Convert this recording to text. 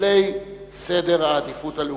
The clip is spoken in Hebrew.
לשולי סדר העדיפויות הלאומי.